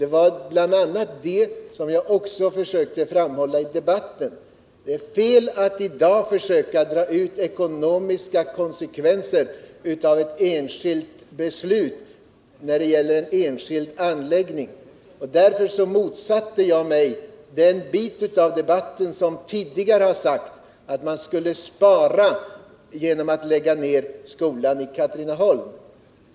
Det var bl.a. detta som jag försökte framhålla i debatten. Det är fel att i dag försöka dra slutsatser i ekonomiskt avseende av ett enstaka beslut om en enskild anläggning. Därför motsätter jag mig det argument som framfördes i en tidigare del av debatten, nämligen att vi skulle spara genom att lägga ner civilförsvarsskolan i Katrineholm.